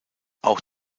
auch